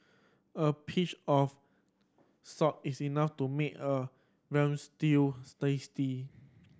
a pinch of salt is enough to make a veal stews tasty